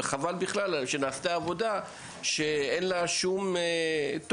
וחבל בכלל שנעשתה עבודה שאין לה שום תוקף.